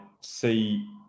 see